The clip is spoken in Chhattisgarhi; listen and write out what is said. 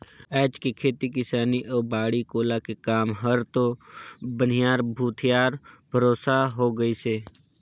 आयज के खेती किसानी अउ बाड़ी कोला के काम हर तो बनिहार भूथी यार भरोसा हो गईस है